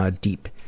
deep